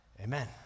amen